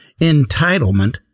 entitlement